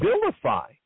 vilify